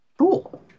Cool